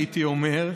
הייתי אומר,